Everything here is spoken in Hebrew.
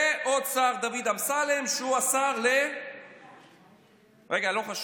ועוד שר, דוד אמסלם, שהוא השר ל- רגע, לא חשוב.